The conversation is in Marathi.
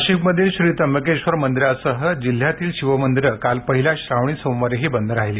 नाशिकमधील श्री त्र्यंबकेश्वर मंदिरांसह जिल्ह्यातील शिवमंदिरे काल पहिल्या श्रावणी सोमवारीही बंद राहिली